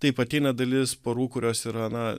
taip ateina dalis porų kurios yra na